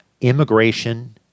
immigration